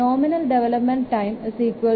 nominal development time 2